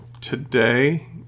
Today